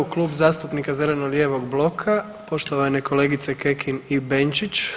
Klub zastupnika Zeleno-lijevog bloka poštovane kolegice Kekin i Benčić.